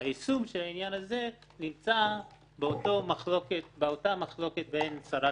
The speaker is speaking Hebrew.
והיישום של העניין הזה נמצא באותה מחלוקת בין שרת